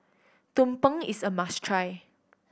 tumpeng is a must try